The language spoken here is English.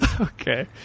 Okay